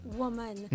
woman